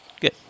Good